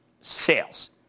sales